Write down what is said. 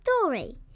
story